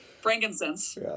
frankincense